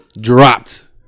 dropped